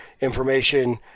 information